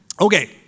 Okay